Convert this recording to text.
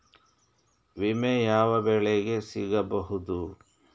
ವಿಮೆ ಯಾವ ಬೆಳೆಗೆ ಸಿಗಬಹುದು?